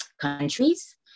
countries